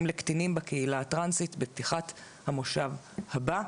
לקטינים בקהילה הטרנסית בפתיחת המושב הבא.